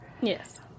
Yes